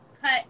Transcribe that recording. cut